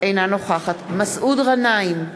אינה נוכחת מסעוד גנאים,